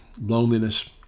loneliness